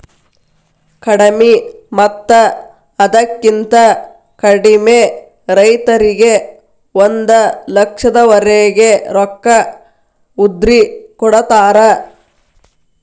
ಕಡಿಮಿ ಮತ್ತ ಅದಕ್ಕಿಂತ ಕಡಿಮೆ ರೈತರಿಗೆ ಒಂದ ಲಕ್ಷದವರೆಗೆ ರೊಕ್ಕ ಉದ್ರಿ ಕೊಡತಾರ